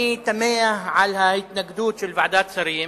אני תמה על ההתנגדות של ועדת שרים